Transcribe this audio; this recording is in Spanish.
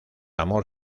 amor